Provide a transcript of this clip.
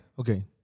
okay